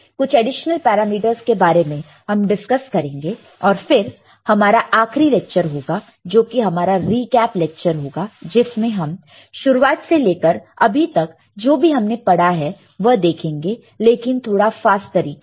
कुछ additional parameters के बारे में हम डिस्कस करेंगे और फिर हमारा आखरी लेक्चर होगा जो कि हमारा रीकैप लेक्चर होगा जिसमें हम शुरुआत से लेकर अभी तक जो भी हमने पढ़ा है वह देखेंगे लेकिन थोड़ा फास्ट तरीके से